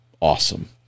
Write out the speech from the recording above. Awesome